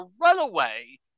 runaway